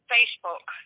Facebook